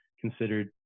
considered